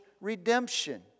redemption